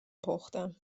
پختم